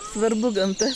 svarbu gamta